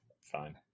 fine